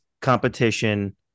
competition